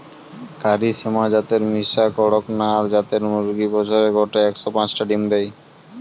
কারি শ্যামা জাতের মিশা কড়কনাথ জাতের মুরগি বছরে গড়ে একশ পাচটা ডিম দেয়